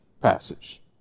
passage